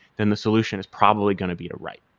then the solution is probably going to be the right,